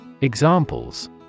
Examples